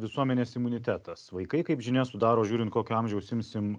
visuomenės imunitetas vaikai kaip žinia sudaro žiūrint kokio amžiaus imsim